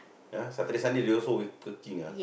ah Saturday Sunday they also w~ working ah